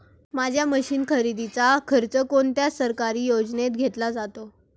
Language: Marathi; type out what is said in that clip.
माझ्या मशीन खरेदीचा खर्च कोणत्या सरकारी योजनेत घेतला जातो?